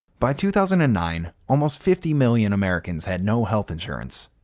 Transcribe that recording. by two thousand and nine, almost fifty million americans had no health insurance.